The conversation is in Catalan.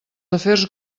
afers